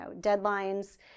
deadlines